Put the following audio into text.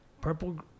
purple